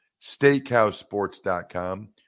SteakHouseSports.com